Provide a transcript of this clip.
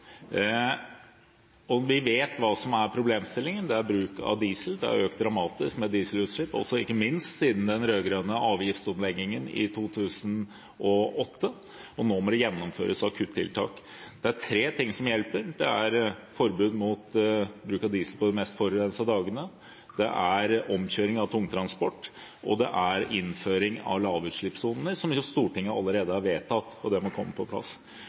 og vi vet hva som er problemstillingen: det er bruk av diesel, det har økt dramatisk med dieselutslipp, og ikke minst siden den rød-grønne avgiftsomleggingen i 2008, og nå må det gjennomføres akuttiltak. Det er tre ting som hjelper: Det er forbud mot bruk av diesel på de mest forurensede dagene, det er omkjøring av tungtransport, og det er innføring av lavutslippssoner, som Stortinget allerede har vedtatt, og dette må komme på plass.